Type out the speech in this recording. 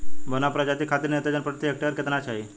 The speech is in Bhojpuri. बौना प्रजाति खातिर नेत्रजन प्रति हेक्टेयर केतना चाही?